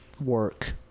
work